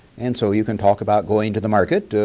and so you can talk about going to the market,